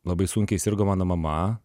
labai sunkiai sirgo mano mama